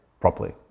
properly